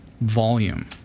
volume